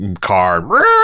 car